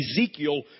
Ezekiel